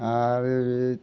आरो